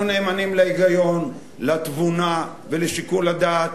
אנחנו נאמנים להיגיון, לתבונה ולשיקול הדעת.